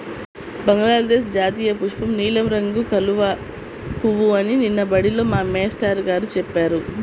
బంగ్లాదేశ్ జాతీయపుష్పం నీలం రంగు కలువ పువ్వు అని నిన్న బడిలో మా మేష్టారు గారు చెప్పారు